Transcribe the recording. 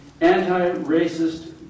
anti-racist